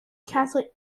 catholic